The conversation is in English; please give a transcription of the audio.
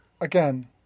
again